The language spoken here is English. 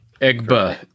Egba